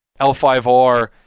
L5R